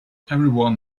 everyone